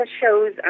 shows